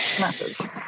matters